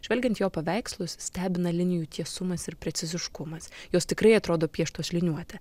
žvelgiant jo paveikslus stebina linijų tiesumas ir preciziškumas jos tikrai atrodo pieštos liniuote